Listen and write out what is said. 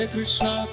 Krishna